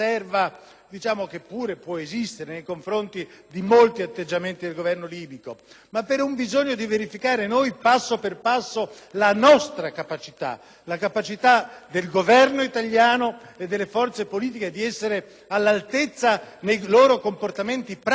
riserva, che pure può esistere nei confronti di molti atteggiamenti del Governo libico, ma per un bisogno di verificare noi, passo per passo, la nostra capacità, quella del Governo italiano e delle forze politiche di essere all'altezza, nei loro comportamenti pratici